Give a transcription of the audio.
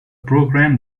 program